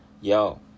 yo